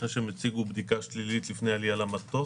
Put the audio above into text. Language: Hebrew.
אחרי שהם הציגו בדיקה שלילית לפני העלייה למטוס,